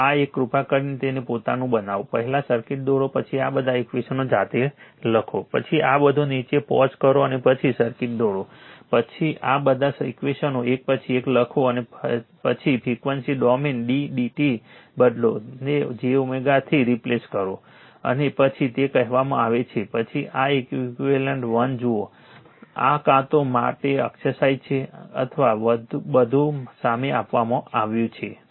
તો આ એક કૃપા કરીને તેને પોતાનું બનાવો પહેલા સર્કિટ દોરો પછી આ બધા ઈક્વેશનો જાતે લખો પછી આ બધું નીચે પૉઝ કરો અને પછી સર્કિટ દોરો પછી આ બધા ઈક્વેશનો એક પછી એક લખો અને પછી ફ્રીક્વન્સી ડોમેન ddt બદલો ને j થી રિપ્લેસ કરો અને પછી તે કહેવામાં આવે છે પછી આ એક ઇક્વીવેલન્ટ 1 જુઓ આ કાં તો માટે એક્સરસાઇઝ છે અથવા બધું સામે આપવામાં આવ્યું છે